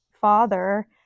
father